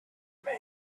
man